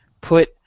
put